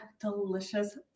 delicious